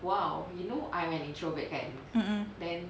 mmhmm